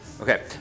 Okay